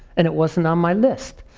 and it wasn't on my list.